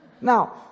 Now